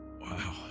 wow